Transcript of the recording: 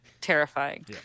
terrifying